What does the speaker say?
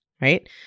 right